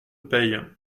peille